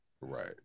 Right